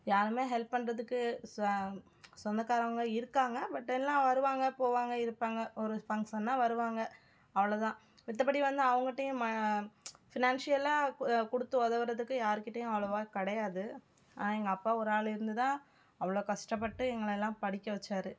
யாரும் ஹெல்ப் பண்ணுறதுக்கு சொந்தக்காரவங்க இருக்காங்க பட்டு எல்லாம் வருவாங்க போவாங்க இருப்பாங்க ஒரு ஃபங்க்ஷன்னால் வருவாங்க அவ்வளோ தான் மற்றபடி வந்து அவங்கள்ட்டையும் ஃபினான்ஸியலாக கொடுத்து உதவுறதுக்கு யாருக்கிட்டேயும் அவ்வளோவா கிடையாது ஆனால் எங்கள் அப்பா ஒரு ஆள் இருந்து தான் அவ்வளோ கஷ்டப்பட்டு எங்களெலாம் படிக்க வைச்சாரு